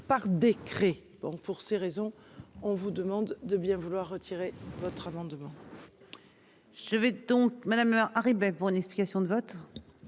par décret. Bon pour ces raisons, on vous demande de bien vouloir retirer votre amendement. Je vais donc madame Harribey pour une explication de vote.